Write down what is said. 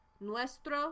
nuestro